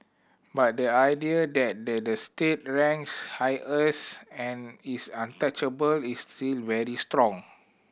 but the idea that the the state ranks highest and is untouchable is still very strong